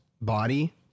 body